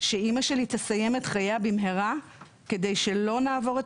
שאימא שלי תסיים את חייה במהרה כדי שלא נעבור את